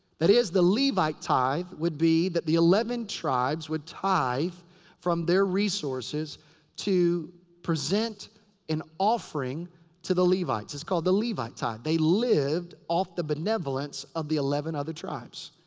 that is, the levite tithe would be that the eleven tribes would tithe from their resources to present an offering to the levites. it's called the levite tithe. they lived off the benevolence of the eleven other tribes.